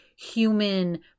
human